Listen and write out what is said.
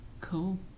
Cool